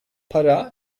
para